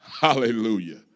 Hallelujah